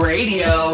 Radio